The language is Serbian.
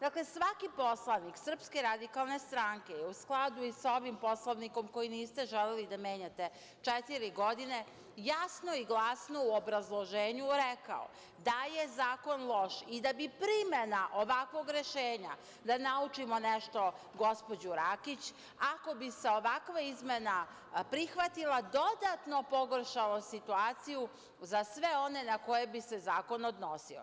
Dakle, svaki poslanik SRS je, u skladu i sa ovim Poslovnikom koji niste želeli da menjate četiri godine, jasno i glasno u obrazloženju rekao da je zakon loš i da bi primena ovakvog rešenja, da naučimo nešto gospođu Rakić, ako bi se ovakva izmena prihvatila, dodatno pogoršala situaciju za sve one na koje bi se zakon odnosi.